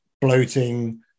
bloating